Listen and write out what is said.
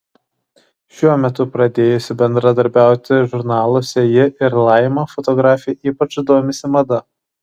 šiuo metu pradėjusi bendradarbiauti žurnaluose ji ir laima fotografė ypač domisi mada